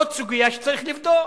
זאת סוגיה שצריך לבדוק.